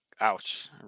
ouch